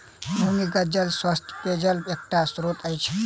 भूमिगत जल स्वच्छ पेयजलक एकटा स्त्रोत अछि